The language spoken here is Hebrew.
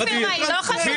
אופיר, מה היא לא חשובה?